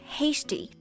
hasty